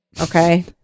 Okay